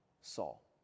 Saul